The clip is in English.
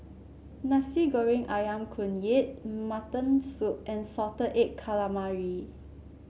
Nasi Goreng ayam Kunyit Mutton Soup and Salted Egg Calamari